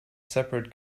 separate